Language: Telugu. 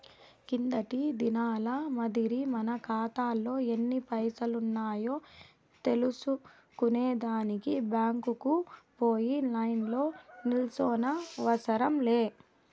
కిందటి దినాల మాదిరి మన కాతాలో ఎన్ని పైసలున్నాయో తెల్సుకునే దానికి బ్యాంకుకు పోయి లైన్లో నిల్సోనవసరం లే